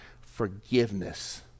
forgiveness